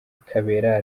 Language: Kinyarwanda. kabera